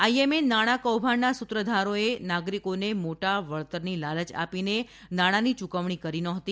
IMA નાણાં કૌભાંડના સૂત્રધારોએ નાગરિકોને મોટા વળતરની લાલય આપીને નાણાંની ચૂકવણી કરી ન હતી